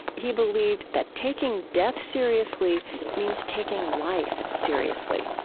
he believed that taking death seriously means taking life seriously